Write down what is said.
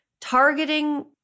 targeting